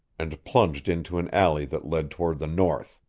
and plunged into an alley that led toward the north.